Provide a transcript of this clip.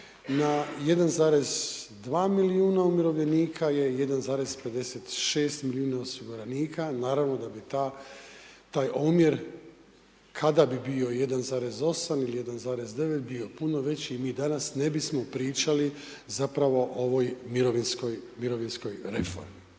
na 1,2 milijuna umirovljenika je 1,56 milijuna osiguranika, naravno da bi taj omjer kada bi bio 1,8 ili 1,9 bio puno veći i mi danas ne bismo pričali zapravo o ovoj mirovinskoj reformi.